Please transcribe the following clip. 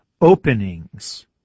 openings